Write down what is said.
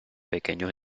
pequeños